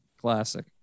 Classic